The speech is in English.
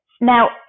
Now